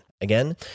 Again